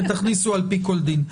ותכניסו "על-פי כל דין".